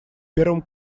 первом